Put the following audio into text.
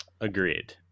Agreed